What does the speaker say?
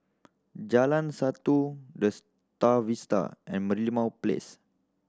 Jalan Satu The Star Vista and Merlimau Place